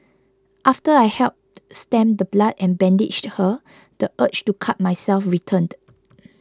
after I helped stem the blood and bandaged her the urge to cut myself returned